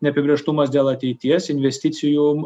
neapibrėžtumas dėl ateities investicijų